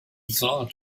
thought